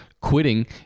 quitting